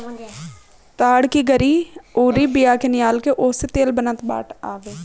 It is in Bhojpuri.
ताड़ की गरी अउरी बिया के निकाल के ओसे तेल बनत बाटे